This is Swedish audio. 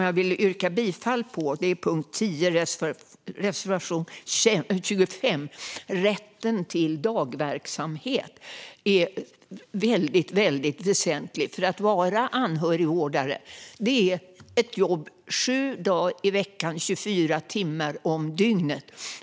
Jag vill yrka bifall till reservation 25 under punkt 10, som handlar om rätten till dagverksamhet. Detta är väldigt väsentligt. Att vara anhörigvårdare är ett jobb sju dagar i veckan, 24 timmar om dygnet.